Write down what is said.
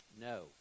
No